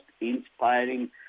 inspiring